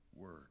Word